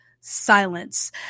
silence